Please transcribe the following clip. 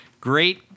great